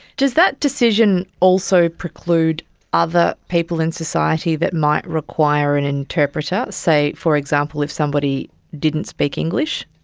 does that decision also preclude other people in society that might require an interpreter, say for example if somebody didn't speak english?